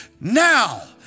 now